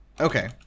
Okay